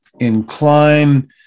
incline